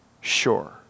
sure